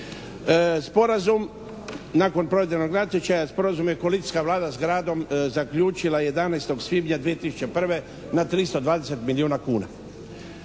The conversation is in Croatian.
sporazum je koalicijska Vlada s gradom zaključila 11. svibnja 2001. na 320 milijuna kuna.